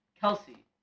Kelsey